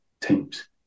teams